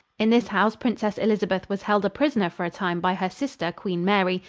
in this house princess elizabeth was held a prisoner for a time by her sister, queen mary,